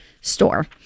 store